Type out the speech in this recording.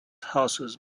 houses